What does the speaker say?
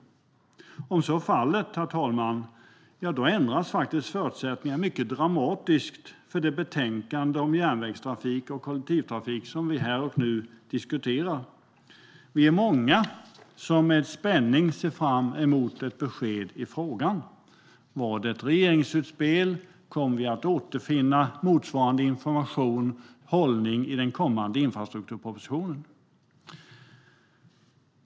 Om så är fallet ändras faktiskt förutsättningarna mycket dramatiskt för det betänkande om järnvägstrafik och kollektivtrafik som vi här och nu diskuterar. Vi är många som med spänning ser fram emot ett besked i frågan. Var det ett regeringsutspel? Kommer vi att återfinna motsvarande hållning i den kommande infrastrukturpropositionen?